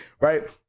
Right